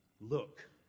Look